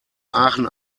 aachen